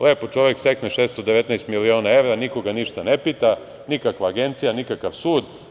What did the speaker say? Lepo čovek stekne 619 miliona evra, niko ga ništa ne pita, nikakva agencija, nikakav sud.